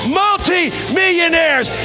multi-millionaires